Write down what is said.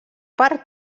per